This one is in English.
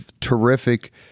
terrific